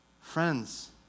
friends